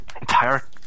entire